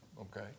okay